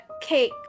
cake